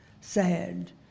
sad